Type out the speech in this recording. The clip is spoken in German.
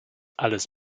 alles